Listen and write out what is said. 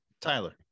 Tyler